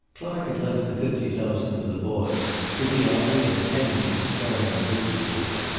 clark had left the fifty thousand for the boy with the idea that henry should start him in business with it.